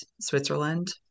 switzerland